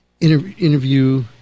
interview